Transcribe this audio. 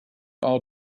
are